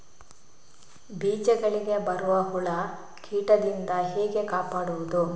ಬೀಜಗಳಿಗೆ ಬರುವ ಹುಳ, ಕೀಟದಿಂದ ಹೇಗೆ ಕಾಪಾಡುವುದು?